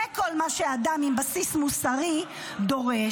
זה כל מה שאדם עם בסיס מוסרי דורש.